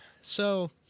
So-